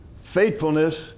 faithfulness